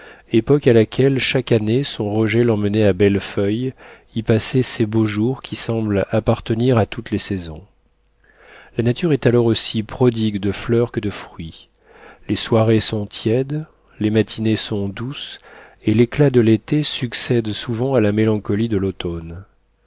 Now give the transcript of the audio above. époque à laquelle chaque année son roger l'emmenait à bellefeuille y passer ces beaux jours qui semblent appartenir à toutes les saisons la nature est alors aussi prodigue de fleurs que de fruits les soirées sont tièdes les matinées sont douces et l'éclat de l'été succède souvent à la mélancolie de l'automne